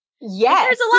Yes